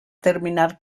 terminar